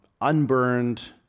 unburned